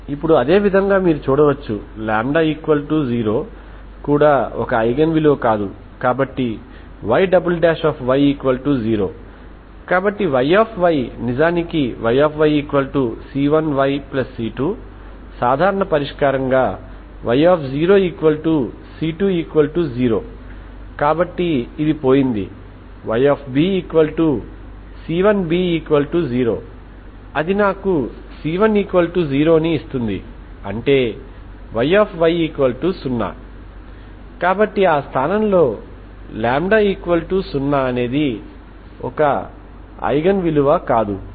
ఇప్పుడు అదే విధంగా మీరు చూడవచ్చు λ0 కూడా ఒక ఐగెన్ విలువ కాదు కాబట్టి Yy0 కాబట్టి Y నిజానికిYyc1yc2 సాధారణ పరిష్కారంగా Y0c20 కాబట్టి ఇది పోయింది Ybc1b0 అది నాకు c10 ని ఇస్తుంది అంటే Yy0 కాబట్టి ఆ స్థానంలో λ 0 ఒక ఐగెన్ విలువ కాదు